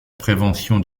prévention